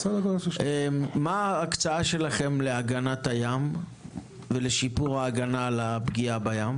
מה ההקצאה שלכם להגנת הים ולשיפור ההגנה על הפגיעה בים?